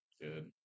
Good